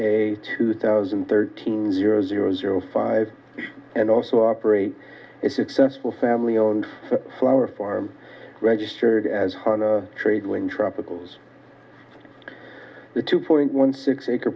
a two thousand and thirteen zero zero zero five and also operate a successful family owned flower farm registered as one a trade when tropicals the two point one six acre